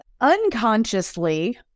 unconsciously